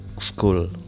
school